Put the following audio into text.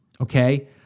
Okay